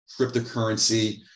cryptocurrency